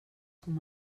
com